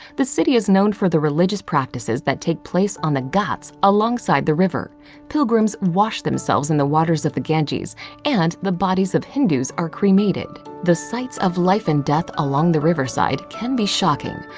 the city is known for the religious practices that take place on the ghats alongside the river pilgrims wash themselves in the waters of the ganges and the bodies of hindus are cremated. the sights of life and death along the riverside can be shocking,